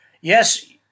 yes